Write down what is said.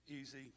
easy